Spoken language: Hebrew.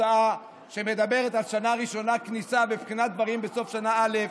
הצעה שמדברת על שנה ראשונה כניסה ובחינת דברים בסוף שנה א'.